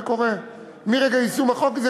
זה קורה מרגע יישום החוק.